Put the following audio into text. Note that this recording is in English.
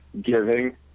giving